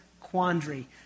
quandary